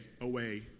away